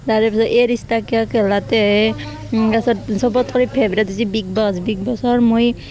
তাৰে পিছত এই ৰিষ্টা কিয়া কেহলাটা হে তাৰপিছত চবত কৰি ফেভৰেট হৈছে বিগ বছ বিগ বছৰ মই